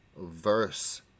verse